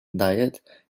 diet